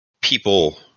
people